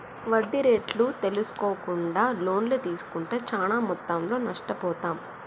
వడ్డీ రేట్లు తెల్సుకోకుండా లోన్లు తీస్కుంటే చానా మొత్తంలో నష్టపోతాం